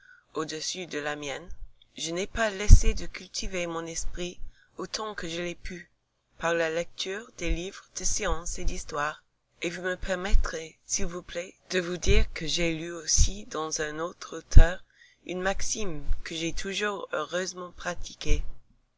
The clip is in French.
audessus de la mienne je n'ai pas laissé de cultiver mon esprit autant que je l'ai pu par la lecture des livres de science et d'histoire et vous me permettrez s'il vous plaît de vous dire que j'ai lu aussi dans un autre auteur une maxime que j'ai toujours heureusement pratiquée